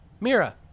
Mira